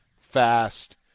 fast